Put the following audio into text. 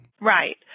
Right